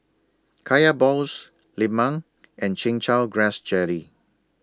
Kaya Balls Lemang and Chin Chow Grass Jelly